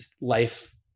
life-